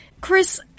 Chris